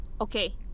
Okay